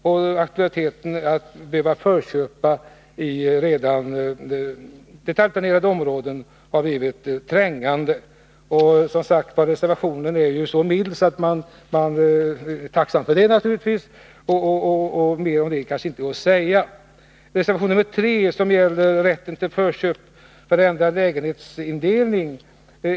Behovet av att förköpa i redan detaljplanerade områden har blivit trängande. Reservationen är ju mild, och det är man naturligtvis tacksam för. Mer om detta kanske inte är att säga. Reservation nr 3 gäller rätten till förköp för ändrad lägenhetsindelning.